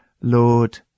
Lord